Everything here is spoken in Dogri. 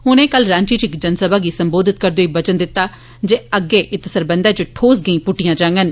उनें कल रांची च इक जनसभा गी सम्बोधित करदे होई वचन दिता जे अग्गै इत्त सरबंधै च ठोस गैंई पुटटियां जागंन